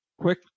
Quick